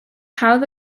hawdd